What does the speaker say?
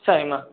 சரிம்மா